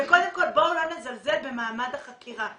וקודם כל בואו לא נזלזל במעמד החקירה.